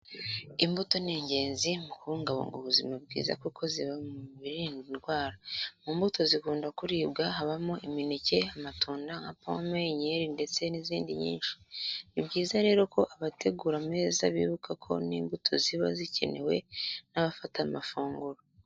Imbuto ni ingenzi mu kubungabunga ubuzima bwiza kuko ziba mu birinda indwara. Mu mbuto zikunda kuribwa habamo imineke, amatunda nka pome, inkeri ndetse n'izindi nyinshi. Ni byiza rero ko abategura ameza bibuka ko n'imbuto ziba zikenewe n'abafata amafunguro.